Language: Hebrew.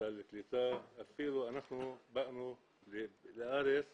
בסל קליטה, אפילו אנחנו באנו לארץ